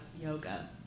yoga